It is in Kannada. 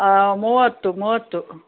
ಹಾಂ ಮೂವತ್ತು ಮೂವತ್ತು